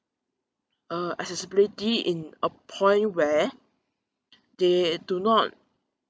uh accessibility in a point where they do not